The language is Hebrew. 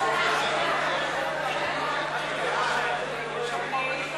איסור עישון ביציעי מגרשי ספורט),